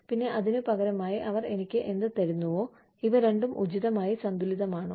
പിന്നെ അതിനു പകരമായി അവർ എനിക്ക് എന്ത് തരുന്നുവോ ഇവ രണ്ടും ഉചിതമായി സന്തുലിതമാണോ